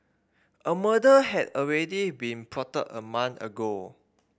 a murder had already been plotted a month ago